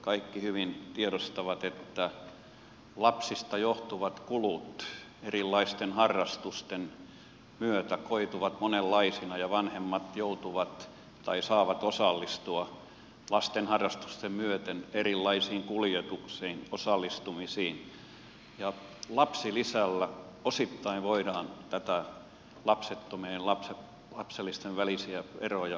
kaikki hyvin tiedostavat että lapsista johtuvat kulut erilaisten harrastusten myötä koituvat monenlaisina ja vanhemmat joutuvat osallistumaan tai saavat osallistua lasten harrastusten myötä erilaisiin kuljetuksiin osallistumisiin ja lapsilisällä osittain voidaan lapsettomien ja lapsellisten välisiä eroja tasata